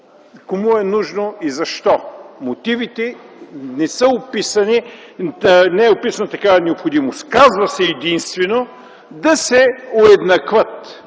Кому е нужно и защо? Не е описана такава необходимост. Казва се единствено да се уеднаквят